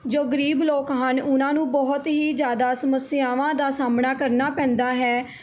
ਜੋ ਗਰੀਬ ਲੋਕ ਹਨ ਉਹਨਾਂ ਨੂੰ ਬਹੁਤ ਹੀ ਜ਼ਿਆਦਾ ਸਮੱਸਿਆਵਾਂ ਦਾ ਸਾਹਮਣਾ ਕਰਨਾ ਪੈਂਦਾ ਹੈ